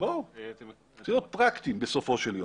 תהיו פרקטיים.